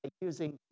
using